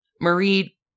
Marie